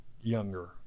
younger